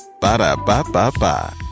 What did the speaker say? Ba-da-ba-ba-ba